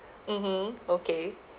mmhmm okay